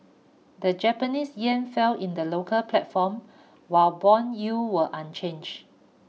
the Japanese yen fell in the local platform while bond yields were unchange